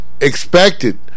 expected